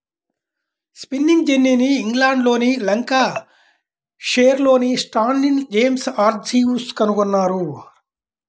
spinning జెన్నీని ఇంగ్లండ్లోని లంకాషైర్లోని స్టాన్హిల్ జేమ్స్ హార్గ్రీవ్స్ కనుగొన్నారు